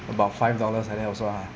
about five dollars like that also ah